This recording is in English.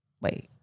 wait